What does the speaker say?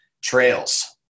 trails